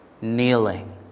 kneeling